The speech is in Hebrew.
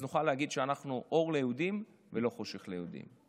אז נוכל להגיד שאנחנו אור ליהודים ולא חושך ליהודים.